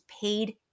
paid